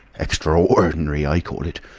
extra-ordinary, i call it.